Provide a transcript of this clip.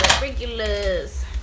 regulars